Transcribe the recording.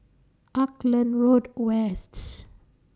Auckland Road West's